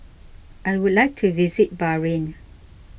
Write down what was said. I would like to visit Bahrain